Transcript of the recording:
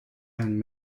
and